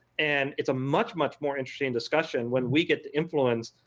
and it's a much much more interesting discussion when we get the influence,